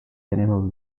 animal